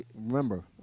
remember